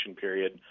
period